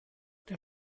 der